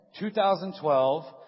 2012